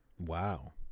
Wow